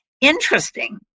Interesting